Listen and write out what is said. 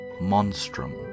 Monstrum